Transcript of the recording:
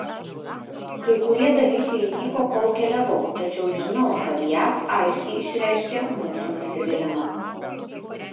kai kurie dalykai įvyko kol keliavau tačiau žinau kad jav aiškiai išreiškė mūsų nusivylimą